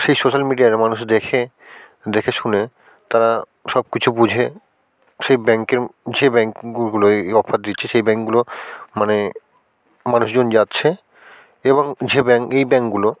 সেই social media আরে মানুষ দেখে দেখে শুনে তারা সব কিছু বুঝে সেই ব্যাঙ্কের যে ব্যাঙ্ক গুলোয় এই অফার দিচ্ছে সেই ব্যাঙ্কগুলো মানে মানুষজন যাচ্ছে এবং যে ব্যাঙ্ক এই ব্যাঙ্কগুলো